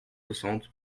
soixante